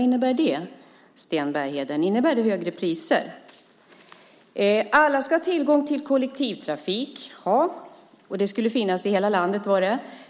Innebär det högre priser? För det andra sade man: Alla ska ha tillgång till kollektivtrafik. Den ska finnas i hela landet.